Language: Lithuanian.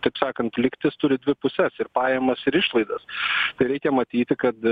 taip sakant lygtis turi dvi puses ir pajamas ir išlaidas tai reikia matyti kad